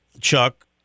Chuck